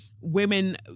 Women